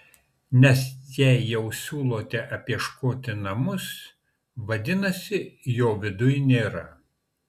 nes jei jau siūlote apieškoti namus vadinasi jo viduj nėra